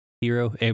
hero